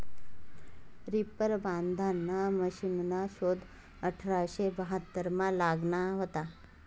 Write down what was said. reaper बांधाना मशिनना शोध अठराशे बहात्तरमा लागना व्हता